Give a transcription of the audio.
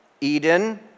Eden